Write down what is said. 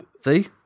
See